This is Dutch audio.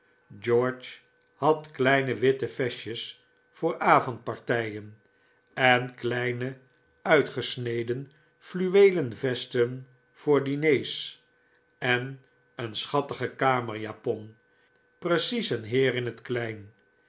george had kleine witte vestjes voor avondpartijen en kleine uitgesneden fluweelen vesten voor diners en een schattige kamerjapon precies een heer in het klein